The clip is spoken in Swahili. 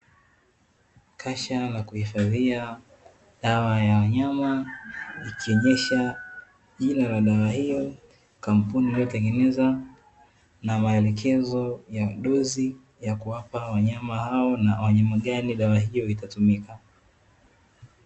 Kasha la kuhifadhia dawa ya wanyama, ikionyesha jina la dawa hiyo, kampuni iliyotengeneza na maelekezo ya dozi ya kuwapa wanyama hao, na wanyama gani dawa hiyo itatumika.